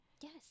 Yes